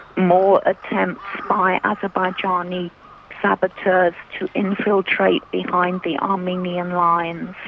more attempts by azerbaijani saboteurs to infiltrate behind the armenian lines.